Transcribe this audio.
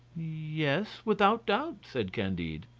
yes, without doubt, said candide.